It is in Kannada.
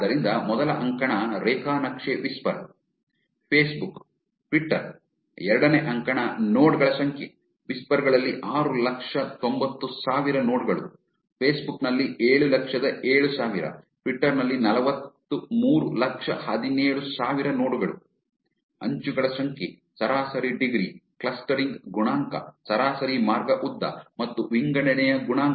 ಆದ್ದರಿಂದ ಮೊದಲ ಅಂಕಣ ರೇಖಾ ನಕ್ಷೆ ವಿಸ್ಪರ್ ಫೇಸ್ಬುಕ್ ಟ್ವಿಟರ್ ಎರಡನೇ ಅಂಕಣ ನೋಡ್ ಗಳ ಸಂಖ್ಯೆ ವಿಸ್ಪರ್ ಗಳಲ್ಲಿ ಆರು ಲಕ್ಷ ತೊಂಬತ್ತು ಸಾವಿರ ನೋಡ್ ಗಳು ಫೇಸ್ಬುಕ್ ನಲ್ಲಿ ಏಳು ಲಕ್ಷದ ಏಳು ಸಾವಿರ ಟ್ವಿಟರ್ ನಲ್ಲಿ ನಲವತ್ತು ಮೂರು ಲಕ್ಷ ಹದಿನೇಳು ಸಾವಿರ ನೋಡ್ ಗಳು ಅಂಚುಗಳ ಸಂಖ್ಯೆ ಸರಾಸರಿ ಡಿಗ್ರಿ ಕ್ಲಸ್ಟರಿಂಗ್ ಗುಣಾಂಕ ಸರಾಸರಿ ಮಾರ್ಗ ಉದ್ದ ಮತ್ತು ವಿಂಗಡಣೆಯ ಗುಣಾಂಕ